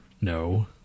No